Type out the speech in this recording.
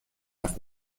حرف